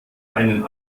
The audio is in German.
einen